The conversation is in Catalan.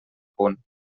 punt